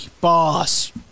Boss